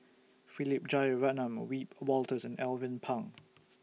Philip Jeyaretnam Wiebe Wolters and Alvin Pang